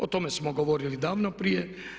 O tome smo govorili davno prije.